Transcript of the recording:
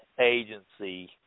agency